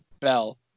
bell